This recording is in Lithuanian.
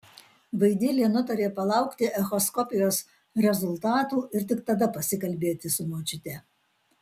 vaidilė nutarė palaukti echoskopijos rezultatų ir tik tada pasikalbėti su močiute